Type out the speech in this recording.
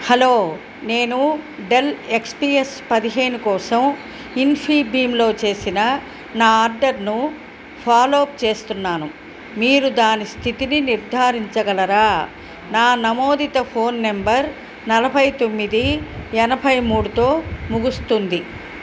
hello నేను Dell X P S పదిహేను కోసం ఇన్ఫీబీమ్లో చేసిన నా ఆర్డర్ను ఫాలోఅప్ చేస్తున్నాను మీరు దాని స్థితిని నిర్ధారించగలరా నా నమోదిత ఫోన్ నెంబర్ నలభై తొమ్మిది ఎనభై మూడుతో ముగుస్తుంది